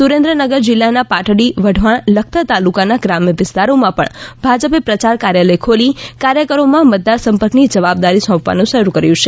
સુરેન્દ્રનગર જિલ્લાના પાટડી વઢવાણ લખતર તાલુકાના ગ્રામ્ય વિસ્તારોમાં પણ ભાજપે પ્રચાર કાર્યાલય ખોલી કાર્યકરો માં મતદાર સંપર્ક ની જવાબદારી સોંપવાનું શરૂ કર્યું છે